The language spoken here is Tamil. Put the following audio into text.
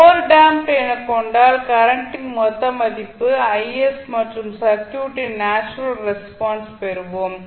ஓவர் டேம்ப்ட் எனக் கொண்டால் கரண்டின் மொத்த மதிப்பு Is மற்றும் சர்க்யூட்டின் நேச்சுரல் ரெஸ்பான்ஸ் பெறுவோம்